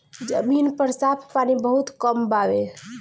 जमीन पर साफ पानी बहुत कम बावे